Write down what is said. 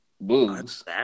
boobs